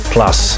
Plus